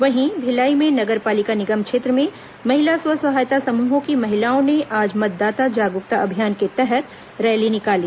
वहीं भिलाई में नगर पालिक निगम क्षेत्र में महिला स्व सहायता समूहों की महिलाओं ने आज मतदाता जागरूकता अभियान के तहत रैली निकाली